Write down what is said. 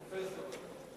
פרופסור.